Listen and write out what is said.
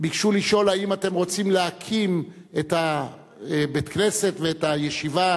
ביקשו לשאול אם אנחנו רוצים להקים את בית-הכנסת ואת הישיבה